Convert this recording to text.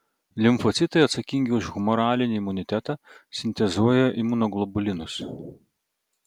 limfocitai atsakingi už humoralinį imunitetą sintezuoja imunoglobulinus